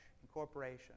incorporation